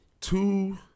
two